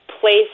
place